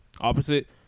opposite